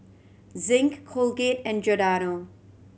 Zinc Colgate and Giordano